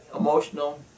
Emotional